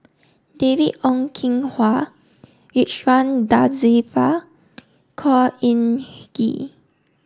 David Ong Kim Huat Ridzwan Dzafir Khor Ean Ghee